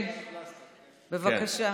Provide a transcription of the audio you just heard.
כן, בבקשה.